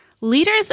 Leaders